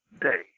day